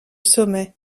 sommet